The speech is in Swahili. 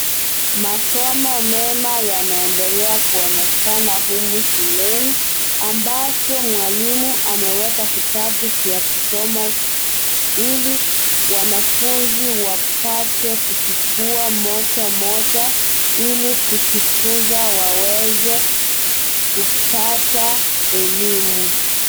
Masomo mema yanaendelea kuonekana humu shuleni ambavyo mwalimu ameweka kitabu vya kusoma ili wanafunzi wapate kuchukua moja moja ili kujifunza waweze kupata elimu.